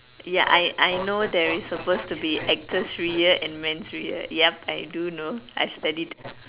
ya I I know there is supposed to be actress Syria and man Syria yup I do know I studied